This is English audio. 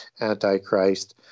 Antichrist